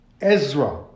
Ezra